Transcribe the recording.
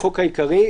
החוק העיקרי),